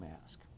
mask